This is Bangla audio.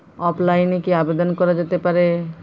অফলাইনে কি আবেদন করা যেতে পারে?